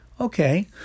Okay